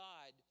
God